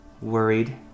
worried